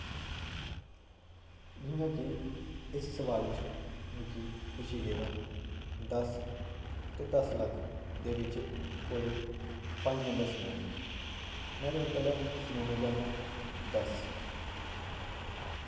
जि'यां की इस सवाल च मिगी पुच्छेआ गेदा दस ते दस लक्ख दे बिच कोई पंज नंबर सनाने न में तुसें पैह्लै सनाना चाह्नां दस